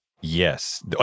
Yes